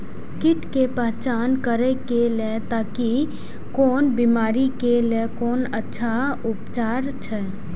कीट के पहचान करे के लेल ताकि कोन बिमारी के लेल कोन अच्छा उपचार अछि?